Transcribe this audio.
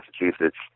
Massachusetts